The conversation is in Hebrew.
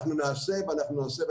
אנחנו נעשה ואנחנו נעשה,